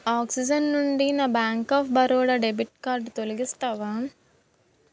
oxygen నుండి నా bank of Baroda debit card తొలగిస్తావా